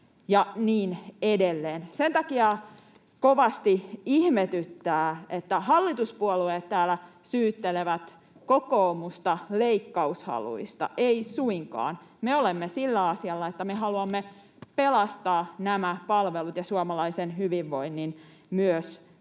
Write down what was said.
Sen takia kovasti ihmetyttää, että hallituspuolueet täällä syyttelevät kokoomusta leikkaushaluista. Ei suinkaan. Me olemme sillä asialla, että me haluamme pelastaa nämä palvelut ja suomalaisen hyvinvoinnin myös